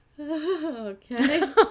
Okay